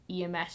ems